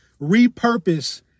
repurpose